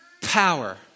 power